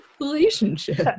relationship